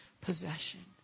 possession